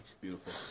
Beautiful